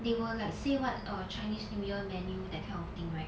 they will like say what err chinese new year menu that kind of thing right